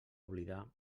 oblidar